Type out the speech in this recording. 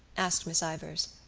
asked miss ivors.